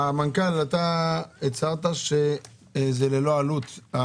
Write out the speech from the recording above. המנכ"ל, הצהרת שהפארק הוא ללא עלות.